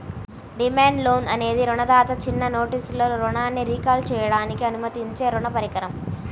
demand loan అనేది రుణదాత చిన్న నోటీసులో రుణాన్ని రీకాల్ చేయడానికి అనుమతించే రుణ పరికరం